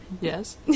Yes